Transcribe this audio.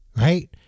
right